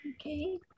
Okay